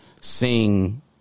Sing